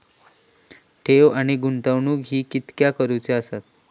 ठेव आणि गुंतवणूक हे कित्याक करुचे असतत?